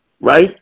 Right